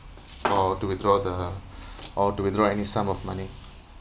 or to withdraw the or to withdraw any sum of money